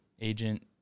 agent